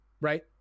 Right